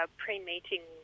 pre-meeting